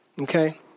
Okay